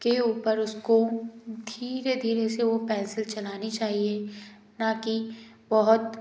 के ऊपर उसको धीरे धीरे से वो पेंसिल चलानी चाहिए ना कि बहुत